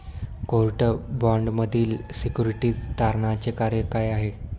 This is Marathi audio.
कोर्ट बाँडमधील सिक्युरिटीज तारणाचे कार्य काय आहे?